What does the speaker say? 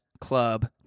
club